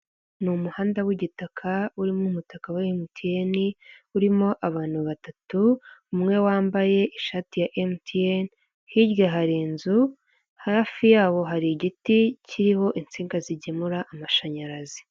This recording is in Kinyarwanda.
Ni umuhanda w'igitaka urimo umutaka wa emutiyene urimo abantu batatu umwe wambaye ishati ya emutiyene hirya hari inzu hafi yabo hari igiti kiriho insinga zigemura amashanyarazi.